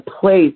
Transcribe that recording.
place